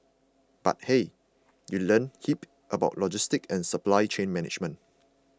but hey you learn heaps about logistics and supply chain management